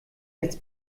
nichts